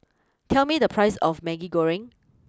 tell me the price of Maggi Goreng